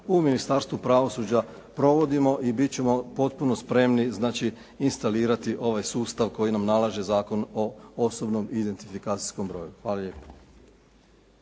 u Ministarstvu pravosuđa provodimo i bit ćemo potpuno spremni znači instalirati ovaj sustav koji nam nalaže Zakon o osobnom identifikacijskom broju. Hvala lijepo.